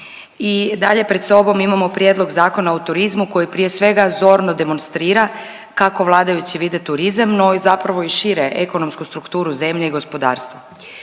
I dalje pred sobom imamo Prijedlog zakona o turizmu koji prije svega zorno demonstrira kako vladajući vide turizam, no i zapravo i šire ekonomsku strukturu zemlju i gospodarstva.